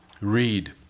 read